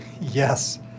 Yes